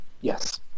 Yes